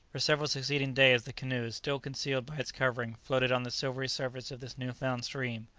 for several succeeding days the canoe, still concealed by its covering, floated on the silvery surface of this new-found stream.